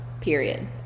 period